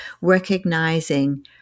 recognizing